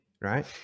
right